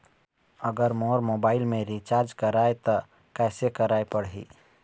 अगर मोर मोबाइल मे रिचार्ज कराए त कैसे कराए पड़ही?